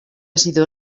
sido